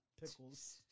pickles